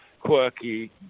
quirky